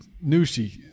Nushi